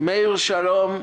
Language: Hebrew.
מאיר, שלום.